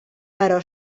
però